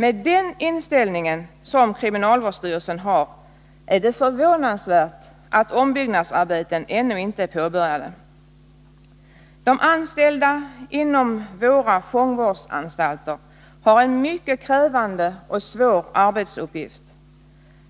Med den inställning som kriminalvårdsstyrelsen har är det förvånansvärt att ombyggnadsarbeten ännu inte är påbörjade. De anställda inom våra fångvårdsanstalter har en mycket krävande och svår arbetsuppgift.